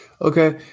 Okay